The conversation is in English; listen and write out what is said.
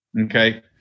Okay